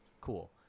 cool